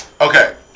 Okay